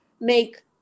make